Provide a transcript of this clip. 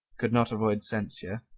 could not avoid censure,